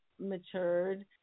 matured